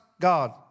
God